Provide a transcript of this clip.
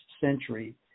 century